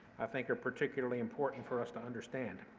i think are particularly important for us to understand.